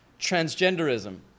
transgenderism